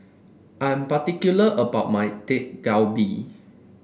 I'm particular about my Dak Galbi